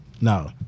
No